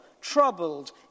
troubled